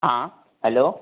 हा हलो